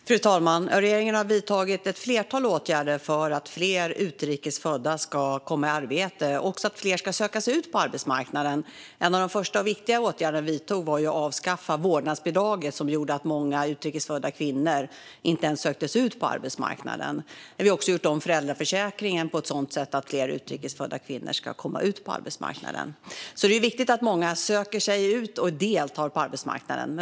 Herr talman! Regeringen har vidtagit ett flertal åtgärder för att fler utrikes födda ska komma i arbete och för att fler ska söka sig ut på arbetsmarknaden. En av de första och viktigaste åtgärderna vi vidtog var att avskaffa vårdnadsbidraget, som gjorde att många utrikes födda kvinnor inte ens sökte sig ut på arbetsmarknaden. Vi har också gjort om föräldraförsäkringen på ett sådant sätt att fler utrikes födda kvinnor ska komma ut på arbetsmarknaden. Det är viktigt att många söker sig ut och deltar på arbetsmarknaden.